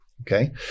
Okay